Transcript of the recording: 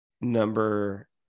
number